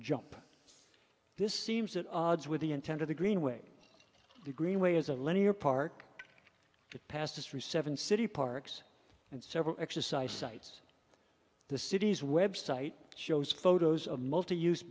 jump this seems at odds with the intent of the green way the green way is a linear park with past history seven city parks and several exercise sites the city's web site shows photos of multiuse